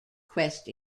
quest